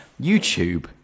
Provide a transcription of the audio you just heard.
YouTube